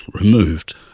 removed